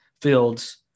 Fields